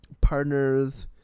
partners